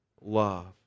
love